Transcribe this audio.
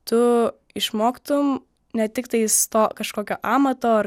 tu išmoktum ne tiktais to kažkokio amato ar